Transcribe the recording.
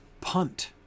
punt